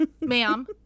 Ma'am